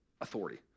authority